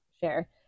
share